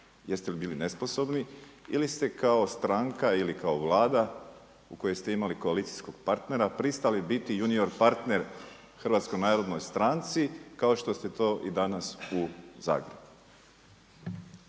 Jeste li bili nesposobni ili ste kao stranka ili kao Vlada u kojoj ste imali koalicijskog partnera pristali biti junior partner HNS-u kao što ste to i danas u